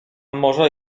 może